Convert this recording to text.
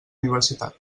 universitat